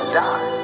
die